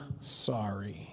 sorry